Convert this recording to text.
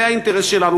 זה האינטרס שלנו,